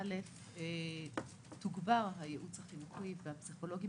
תוגבר הייעוץ החינוכי והפסיכולוגים,